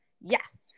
Yes